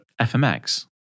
FMX